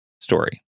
story